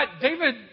David